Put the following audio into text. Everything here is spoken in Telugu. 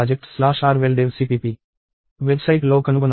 netprojectsorwelldevcpp వెబ్సైట్లో కనుగొనవచ్చు